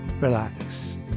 relax